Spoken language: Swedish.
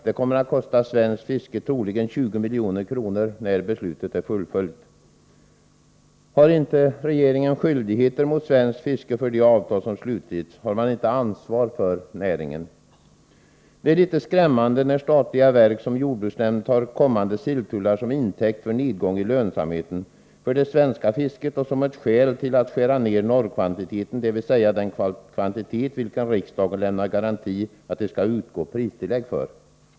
Det kommer att kosta svenskt fiske troligen 20 milj.kr. när beslutet är fullföljt. Har inte regeringen skyldigheter mot svenskt fiske för de avtal som slutits? Har man inte ansvar för näringen? Det är litet skrämmande när statliga verk som jordbruksnämnden tar kommande silltullar till intäkt för nedgång i lönsamheten för det svenska fisket och som ett skäl till att skära ner normkvantiteten, dvs. den kvantitet för vilken riksdagen lämnar garanti att det skall utgå pristillägg.